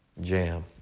Jam